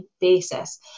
basis